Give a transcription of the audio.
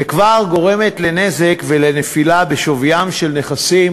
ושכבר גורמת לנזק ולנפילה בשוויים של נכסים